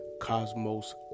cosmos